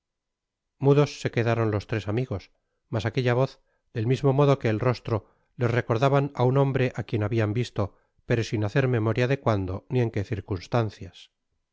mudos se quedaron los tres amigos mas aquella voz del mismo modo que el rostro les recordaban á un hombre á quien habian visto pero sin hacer memoria de cuándo ni en qué circunstancias